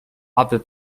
aby